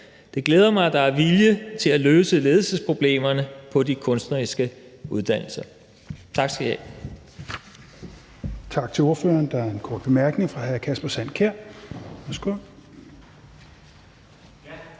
Det glæder mig, at der er vilje til at løse ledelsesproblemerne på de kunstneriske uddannelser. Tak skal I have.